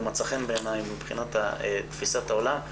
מצא חן בעיני מבחינת תפיסת העולם.